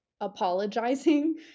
apologizing